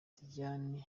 diane